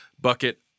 bucket